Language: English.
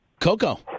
Coco